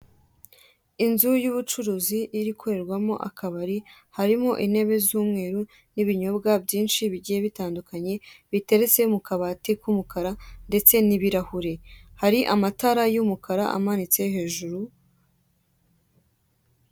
Inzu y'ubucuruzi iri gukorerwamo akabari. Harimo intebe z'umweru n'ibinyobwa byinshi bigiye bitandukanye biteretse mu kabati k'umukara, ndetse n'ibirahure.